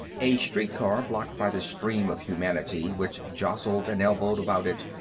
a street car, blocked by the stream of humanity which jostled and elbowed about it,